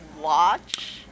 watch